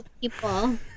people